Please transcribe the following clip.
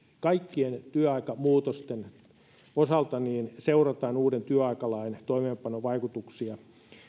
kaikkien työaikamuutosten osalta seurataan uuden työaikalain toimeenpanovaikutuksia